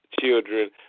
children